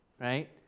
right